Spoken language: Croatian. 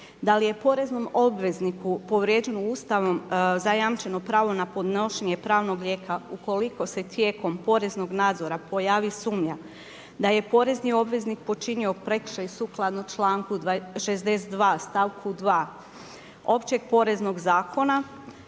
Da li je poreznom obvezniku povrijeđen Ustavom zajamčeno pravo na podnošenje pravnog lijeka ukoliko se tijekom poreznog nadzora pojavi sumnja da je porezni obveznik počinio prekršaj sukladno članku 62. stavku 2. općeg poreznog zakona,